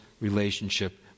relationship